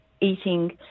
eating